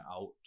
out